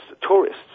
tourists